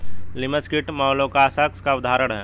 लिमस कीट मौलुसकास का उदाहरण है